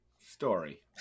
Story